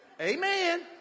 Amen